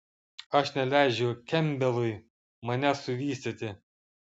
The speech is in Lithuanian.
aš neleidžiu kempbelui manęs suvystyti